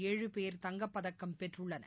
ஏழு பேர் தங்கப்பதக்கம் பெற்றுள்ளனர்